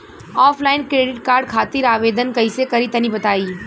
Offline credit card खातिर आवेदन कइसे करि तनि बताई?